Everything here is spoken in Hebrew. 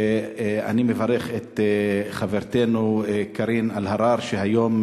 אני מברך את חברתנו קארין אלהרר שיזמה היום